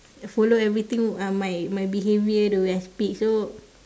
follow everything uh my my behaviour the way I speak so